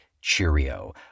Cheerio